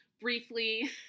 briefly